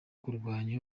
kurwanya